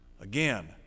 Again